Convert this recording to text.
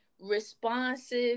responsive